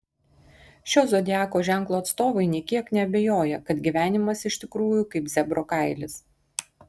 šio zodiako ženklo atstovai nė kiek neabejoja kad gyvenimas iš tikrųjų kaip zebro kailis